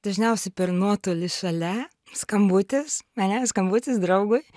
dažniausiai per nuotolį šalia skambutis ane skambutis draugui